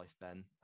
Ben